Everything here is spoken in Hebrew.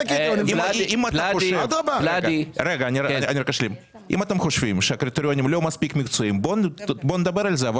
אם אתם חושבים שהקריטריונים לא מספיק מקצועיים אז בואו נדבר על זה.